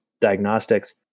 diagnostics